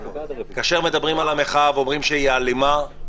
כאשר מדברים על המחאה ואומרים שהיא אלימה,